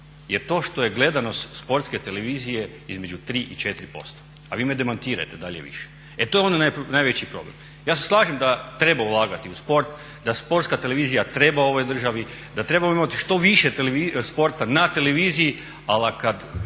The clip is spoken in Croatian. je to što je gledanost Sportske televizije između 3 i 4%, a vi me demantirajte da li je više. E to je onaj najveći problem. Ja se slažem da treba ulagati u sport, da Sportska televizija treba ovoj državi, da trebamo imati što više sporta na televiziji ali kad